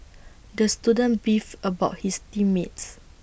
the student beefed about his team mates